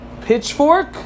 pitchfork